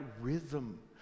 rhythm